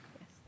Yes